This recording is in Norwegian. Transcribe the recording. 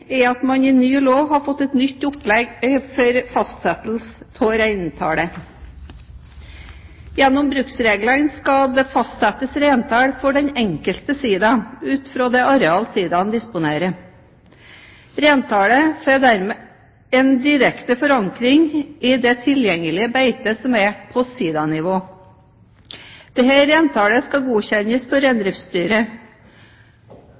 er at man i den nye loven har fått et nytt opplegg for fastsettelse av reintallet. Gjennom bruksreglene skal det fastsettes reintall for den enkelte sida ut fra det areal sidaen disponerer. Reintallet får dermed en direkte forankring i det tilgjengelige beitet som er på sidanivå. Dette reintallet skal godkjennes av Reindriftsstyret. I forkant av arbeidet med bruksregler og reintallsfastsettelse ble det utarbeidet kriterier for